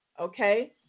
Okay